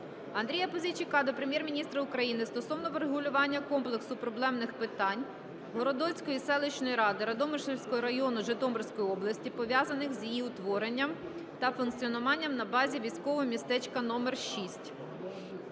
Андрія Пузійчука до Прем'єр-міністра України стосовно врегулювання комплексу проблемних питань Городоцької селищної ради Радомишльського району Житомирської області, пов'язаних з її утворенням та функціонуванням на базі військового містечка № 6.